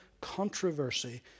controversy